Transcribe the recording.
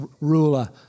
ruler